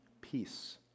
peace